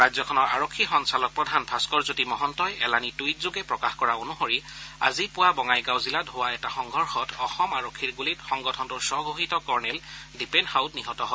ৰাজ্যখনৰ আৰক্ষী সঞ্চালক প্ৰধান ভাস্কৰজ্যোতি মহন্তই এলানি টইটযোগে প্ৰকাশ কৰা অনুসৰি আজি পুৱা বঙাইগাঁও জিলাত হোৱা এটা সংঘৰ্ষত অসম আৰক্ষীৰ গুলীত সংগঠনটোৰ স্বঘোষিত কৰ্ণেল দীপেন সাউদ নিহত হয়